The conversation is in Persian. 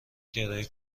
کرایه